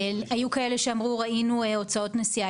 היו כאלה שאמרו ראינו הוצאות נסיעה.